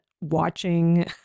watching